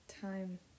time